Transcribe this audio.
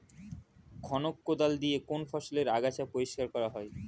খনক কোদাল দিয়ে কোন ফসলের আগাছা পরিষ্কার করা হয়?